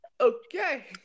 Okay